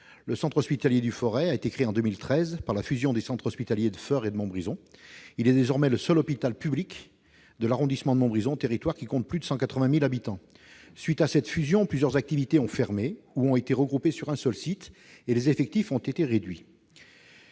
Le Centre hospitalier du Forez, le CHF, a été créé en 2013 par la fusion des centres hospitaliers de Feurs et de Montbrison. Il est désormais le seul hôpital public de l'arrondissement de Montbrison, territoire qui compte plus de 180 000 habitants. À la suite de cette fusion, plusieurs activités ont fermé ou ont été regroupées sur un seul site. Quant aux effectifs, ils ont été réduits.